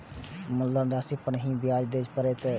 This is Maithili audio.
मुलधन राशि पर ही नै ब्याज दै लै परतें ने?